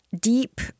deep